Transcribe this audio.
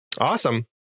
awesome